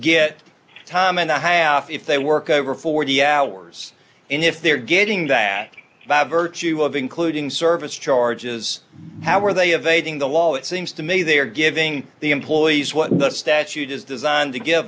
get time and a half if they work over forty hours and if they're getting that by virtue of including service charges how are they evading the law it seems to me they are giving the employees what the statute is designed to give